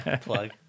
plug